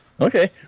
Okay